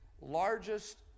largest